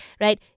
right